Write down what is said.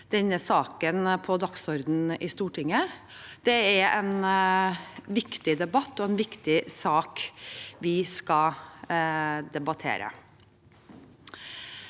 denne saken på dagsordenen i Stortinget. Det er en viktig debatt og en viktig sak vi skal debattere.